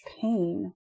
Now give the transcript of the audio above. pain